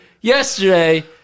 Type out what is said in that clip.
yesterday